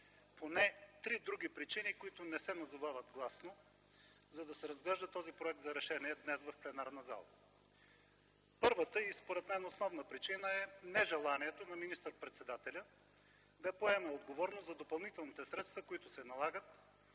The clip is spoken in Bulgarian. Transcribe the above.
поне три други причини, които не се назовават гласно, за да се разглежда този проект за решение днес в пленарната зала. Първата, и според мен основна причина, е нежеланието на министър-председателя да поеме отговорност за допълнителните средства, които се налагат